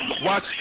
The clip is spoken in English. Watch